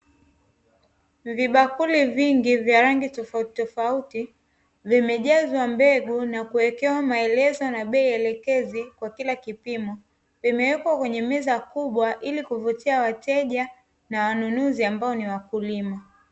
Vibakuli vingi vya rangi tofautitofauti vimejazwa mbegu na kuwekewa maelezo na bei elekezi kwa kila kipimo. Vimewekwa kwenye meza kubwa ili kuvutia wateja na wanunuzi ambao ni wakulima.